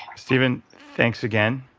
steven, thanks again.